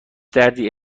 دردی